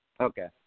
Okay